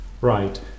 Right